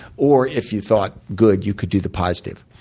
or if you thought good, you could do the positive.